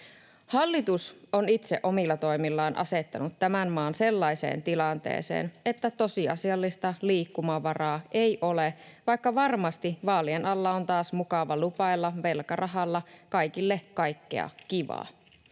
Hallitus on itse omilla toimillaan asettanut tämän maan sellaiseen tilanteeseen, että tosiasiallista liikkumavaraa ei ole, vaikka varmasti vaalien alla on taas mukava lupailla velkarahalla kaikille kaikkea kivaa.